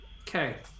Okay